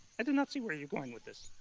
i do not see where you are going with this.